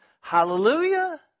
hallelujah